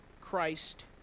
Christ